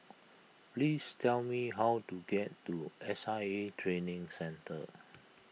please tell me how to get to S I A Training Centre